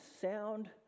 sound